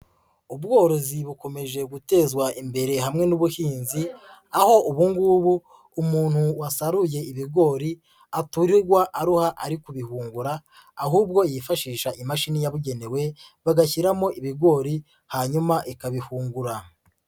Ubworozi bukomeje gutezwa imbere hamwe n'ubuhinzi, aho ubu ngubu umuntu wasaruye ibigori aturirwa aruha ari kubihungura, ahubwo yifashisha imashini yabugenewe bagashyiramo ibigori hanyuma ikabihungura.